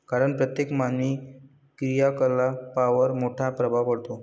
कारण प्रत्येक मानवी क्रियाकलापांवर मोठा प्रभाव पडतो